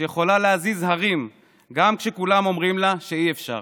שיכולה להזיז הרים גם כשכולם אומרים לה שאי-אפשר.